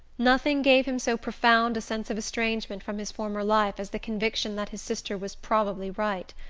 nothing gave him so profound a sense of estrangement from his former life as the conviction that his sister was probably right.